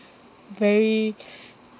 very